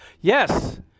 Yes